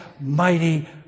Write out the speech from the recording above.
mighty